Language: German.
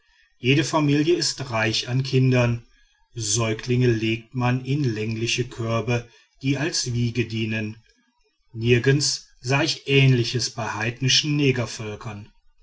jede familie ist reich an kindern säuglinge legt man in längliche körbe die als wiege dienen nirgends sah ich ähnliches